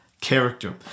character